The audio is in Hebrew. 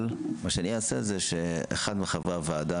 מה שאני אעשה שאחד מחברי הוועדה,